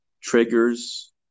triggers